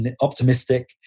optimistic